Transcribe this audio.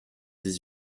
dix